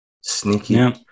Sneaky